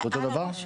אותו דבר?